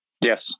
Yes